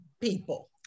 people